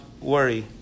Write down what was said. worry